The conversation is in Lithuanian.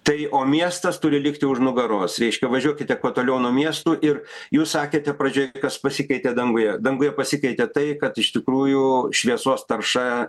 tai o miestas turi likti už nugaros reiškia važiuokite kuo toliau nuo miestų ir jūs sakėte pradžioj kas pasikeitė danguje danguje pasikeitė tai kad iš tikrųjų šviesos tarša